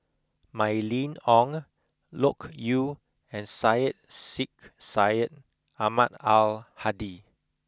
Mylene Ong Loke Yew and Syed Sheikh Syed Ahmad Al Hadi